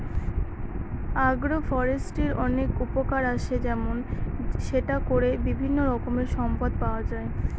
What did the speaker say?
আগ্র ফরেষ্ট্রীর অনেক উপকার আসে যেমন সেটা করে বিভিন্ন রকমের সম্পদ পাওয়া যায়